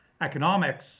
economics